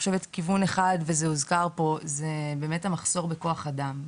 כיוון אחד וזה הוזכר פה, זה באמת המחסור בכוח אדם.